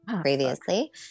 previously